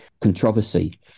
controversy